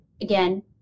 again